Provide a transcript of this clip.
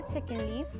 Secondly